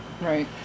Right